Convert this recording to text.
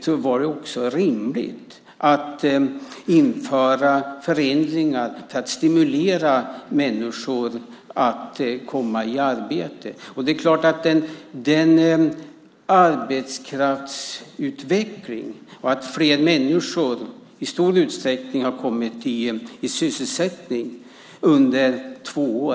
Då var det också rimligt införa förändringar för att stimulera människor att komma i arbete. Den arbetskraftsutveckling som skedde gjorde att fler människor kom i sysselsättning under två år.